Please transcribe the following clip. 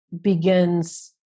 begins